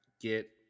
Get